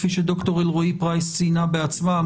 כפי שדוקטור אלרעי פרייס ציינה בעצמה,